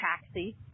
taxi